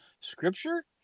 scripture